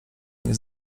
nie